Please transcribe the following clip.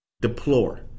deplore